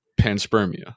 panspermia